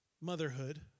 motherhood